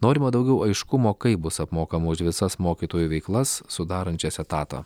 norima daugiau aiškumo kaip bus apmokama už visas mokytojų veiklas sudarančias etatą